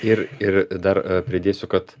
ir ir dar pridėsiu kad